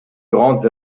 grandes